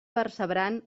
percebran